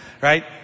Right